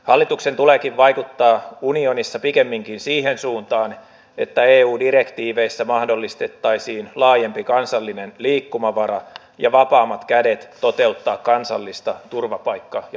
hallituksen tuleekin vaikuttaa unionissa pikemminkin siihen suuntaan että eu direktiiveissä mahdollistettaisiin laajempi kansallinen liikkumavara ja vapaammat kädet toteuttaa kansallista turvapaikka ja maahanmuuttopolitiikkaa